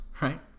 right